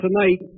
tonight